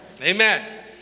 Amen